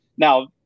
Now